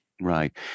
right